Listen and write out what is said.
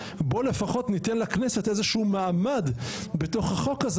בואו לפחות ניתן לכנסת איזה שהוא מעמד בתוך החוק הזה